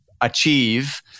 achieve